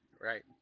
right